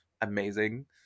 amazing